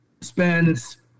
spends